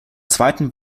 zweiten